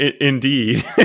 indeed